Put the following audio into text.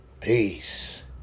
Peace